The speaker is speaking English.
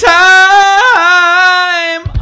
time